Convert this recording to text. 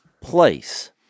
place